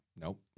Nope